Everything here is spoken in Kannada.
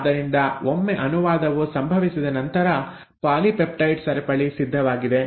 ಆದ್ದರಿಂದ ಒಮ್ಮೆ ಅನುವಾದವು ಸಂಭವಿಸಿದ ನಂತರ ಪಾಲಿಪೆಪ್ಟೈಡ್ ಸರಪಳಿ ಸಿದ್ಧವಾಗಿದೆ